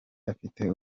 afite